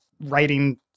writing